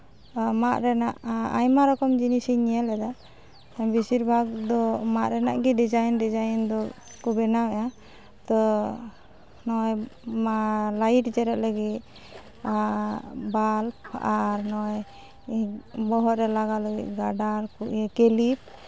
ᱢᱟᱫ ᱨᱮᱱᱟᱜ ᱟᱭᱢᱟ ᱨᱚᱠᱚᱢ ᱡᱤᱱᱤᱥᱮᱧ ᱧᱮ ᱮᱫᱟ ᱵᱮᱥᱤᱨ ᱵᱷᱟᱜᱽ ᱫᱚ ᱢᱟᱫ ᱨᱮᱱᱟᱜ ᱜᱮ ᱰᱤᱡᱟᱭᱤᱱ ᱫᱚ ᱠᱚ ᱵᱮᱱᱟᱣ ᱮᱜᱟ ᱛᱚ ᱢᱚᱜᱼᱚᱭ ᱢᱟ ᱞᱟᱭᱤᱴ ᱡᱮᱨᱮᱫ ᱞᱟᱹᱜᱤᱫ ᱵᱟᱞᱵ ᱟᱨ ᱱᱚᱜᱼᱚᱭ ᱵᱚᱦᱚᱜ ᱨᱮ ᱞᱟᱜᱟᱣ ᱞᱟᱹᱜᱤᱫ ᱜᱟᱰᱟᱨ ᱠᱚ ᱠᱤᱞᱤᱯ